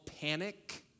Panic